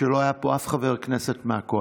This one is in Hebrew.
כשלא היה פה אף חבר כנסת מהאופוזיציה,